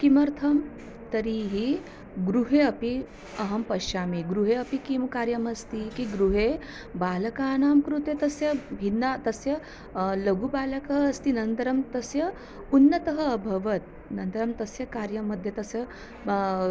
किमर्थं तर्हि गृहे अपि अहं पश्यामि गृहे अपि किं कार्यमस्ति किं गृहे बालकानां कृते तस्य भिन्नः तस्य लघुबालकः अस्ति अनन्तरं तस्य उन्नतः अभवत् अनन्तरं तस्य कार्यं मध्ये तस्य